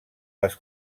les